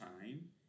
time